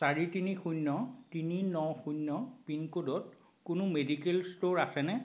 চাৰি তিনি শূণ্য তিনি ন শূণ্য পিনক'ডত কোনো মেডিকেল ষ্ট'ৰ আছেনে